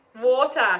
Water